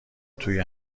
توی